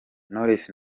knowless